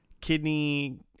kidney